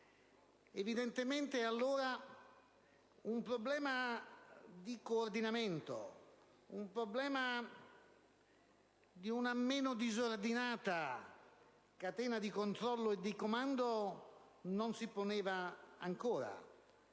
(evidentemente allora un problema di coordinamento, di una meno disordinata catena di controllo e di comando non si poneva ancora)